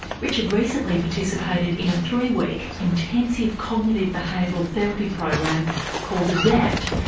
richard recently participated in a three-week, intensive cognitive behavioural therapy program called adapt,